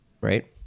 right